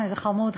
איזה חמוד,